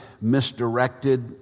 misdirected